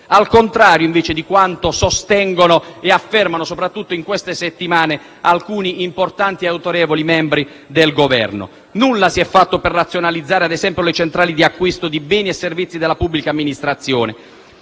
al contrario di quanto sostengono, soprattutto nelle ultime settimane, alcuni importanti e autorevoli membri del Governo. Nulla si è fatto per razionalizzare - ad esempio - le centrali d'acquisto di beni e servizi della pubblica amministrazione.